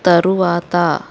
తరువాత